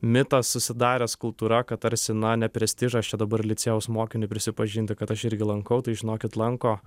mitas susidaręs kultūra kad tarsi na ne prestižas čia dabar licėjaus mokiniui prisipažinti kad aš irgi lankau tai žinokit lanko